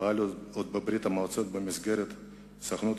שפעל עוד בברית-המועצות במסגרת הסוכנות